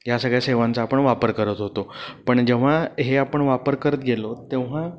ह्या सगळ्या सेवांचा आपण वापर करत होतो पण जेव्हा हे आपण वापर करत गेलो तेव्हा